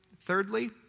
Thirdly